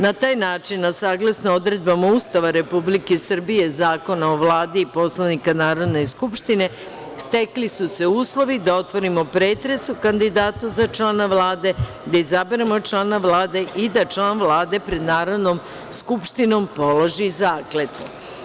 Na taj način, a saglasno odredbama Ustava Republike Srbije, Zakona o Vladi i Poslovnika Narodne skupštine, stekli su se uslovi da otvorimo pretres o kandidatu za člana Vlade, da izaberemo člana Vlade i da član Vlade pred Narodnom skupštinom položi zakletu.